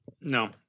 No